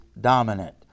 dominant